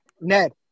Ned